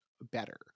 better